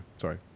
sorry